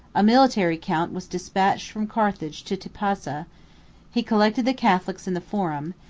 a military count was despatched from carthage to tipasa he collected the catholics in the forum,